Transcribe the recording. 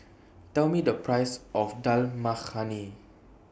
Tell Me The Price of Dal Makhani